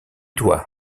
toi